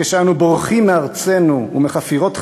כשאנו בורחים מארצנו ומחפירות חיינו,